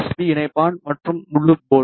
B இணைப்பான் மற்றும் முழு போர்டும்